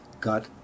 got